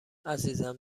عزیزم